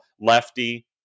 Lefty